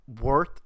worth –